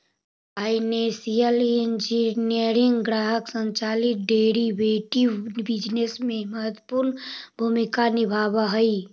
financial engineering ग्राहक संचालित derivative business में महत्वपूर्ण भूमिका निभावऽ हई